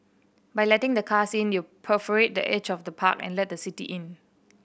by letting the cars in you perforate the edge of the park and let the city in